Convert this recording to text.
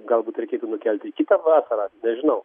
galbūt reikėtų nukelti į kitą vasarą nežinau